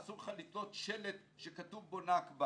אסור לך לתלות שלט שכתוב בו נכבה.